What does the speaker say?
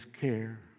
care